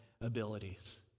abilities